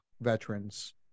veterans